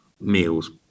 meals